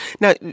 Now